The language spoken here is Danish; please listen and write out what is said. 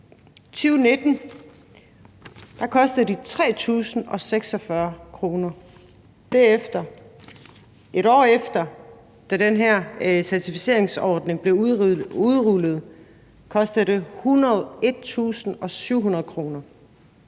der kostede det 3.046 kr. 1 år efter, da den her certificeringsordning blev udrullet, kostede det 101.700 kr.